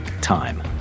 Time